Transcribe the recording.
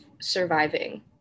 surviving